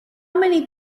many